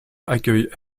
accueille